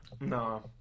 No